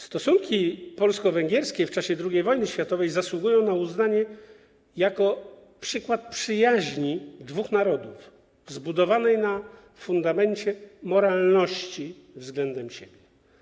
Stosunki polsko-węgierskie w czasie II wojny światowej zasługują na uznanie jako przykład przyjaźni dwóch narodów zbudowanej na fundamencie moralności względem siebie.